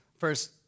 First